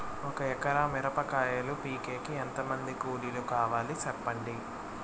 ఒక ఎకరా మిరప కాయలు పీకేకి ఎంత మంది కూలీలు కావాలి? సెప్పండి?